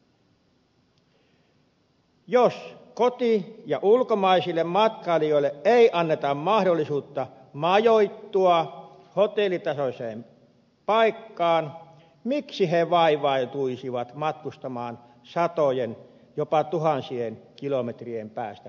jos koti ja ulkomaisille matkailijoille ei anneta mahdollisuutta majoittua hotellitasoiseen paikkaan miksi he vaivautuisivat matkustamaan satojen jopa tuhansien kilometrien päästä pallakselle